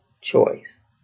choice